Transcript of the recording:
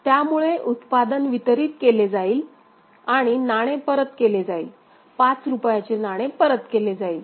त्यामुळे उत्पादन वितरित केले जाईल आणि नाणे परत केले जाईल पाच रुपयाचे नाणे परत केले जाईल